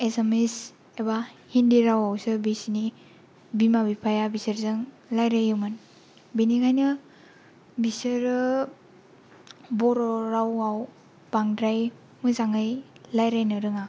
एसामिस एबा हिन्दि रावावसो बिसोरनि बिमा बिफाया बिसोरजों रायलायोमोन बेनिखायनो बिसोरो बर' रावाव बांद्राय मोजाङै रायज्लायनो रोङा